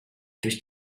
durch